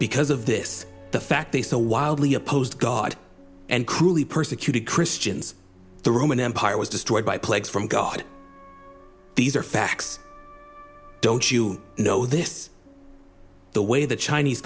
because of this the fact they so wildly opposed god and cruelly persecuted christians the roman empire was destroyed by plagues from god these are facts don't you know this the way the chinese